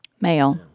Male